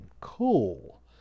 cool